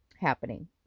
happening